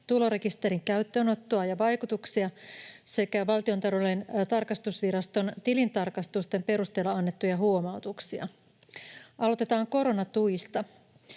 tulorekisterin käyttöönottoa ja vaikutuksia sekä Valtiontalouden tarkastusviraston tilintarkastusten perusteella annettuja huomautuksia. Aloitetaan koronatuista.